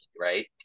Right